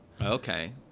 Okay